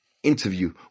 Interview